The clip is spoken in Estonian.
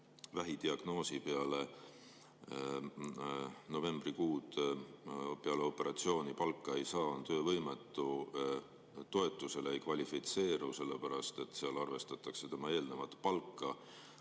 vähidiagnoosi, peale novembrikuud, peale operatsiooni palka ei saa, on töövõimetu. Toetusele ei kvalifitseeru sellepärast, et seal arvestatakse tema eelnevat palka,